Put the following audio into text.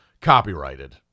copyrighted